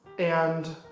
and